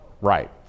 Right